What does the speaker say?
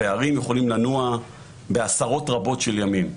הפערים יכולים לנוע בעשרות רבות של ימים,